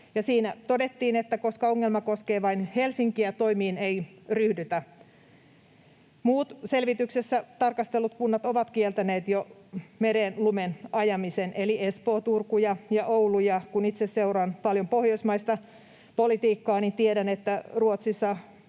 Siinä todettiin, että koska ongelma koskee vain Helsinkiä, toimiin ei ryhdytä. Muut selvityksessä tarkastellut kunnat ovat kieltäneet jo lumen ajamisen mereen eli Espoo, Turku ja Oulu. Ja kun itse seuraan paljon pohjoismaista politiikkaa, niin tiedän, että Ruotsissa